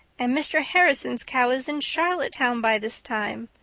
and mr. harrison's cow is in charlottetown by this time.